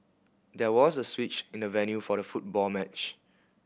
there was a switch in the venue for the football match